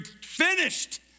finished